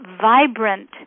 vibrant